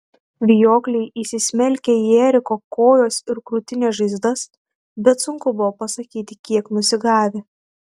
vijokliai įsismelkę į eriko kojos ir krūtinės žaizdas bet sunku buvo pasakyti kiek nusigavę